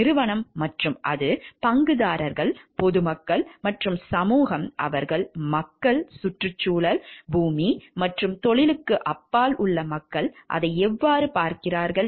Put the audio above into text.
நிறுவனம் மற்றும் அது பங்குதாரர்கள் பொதுமக்கள் மற்றும் சமூகம் அவர்கள் மக்கள் சுற்றுச்சூழல் பூமி மற்றும் தொழிலுக்கு அப்பால் மக்கள் அதை எவ்வாறு பார்க்கிறார்கள்